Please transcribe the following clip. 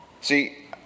See